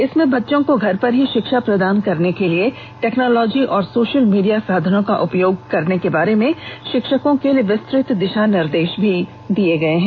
इसमें बच्चों को घर पर ही शिक्षा प्रदान करने के लिए टेक्नोंलॉजी और सोशल मीडिया साधनों का उपयोग करने के बारे में शिक्षकों के लिए विस्तृत दिशा निर्देश भी दिये गये हैं